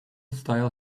style